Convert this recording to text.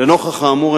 לנוכח האמור,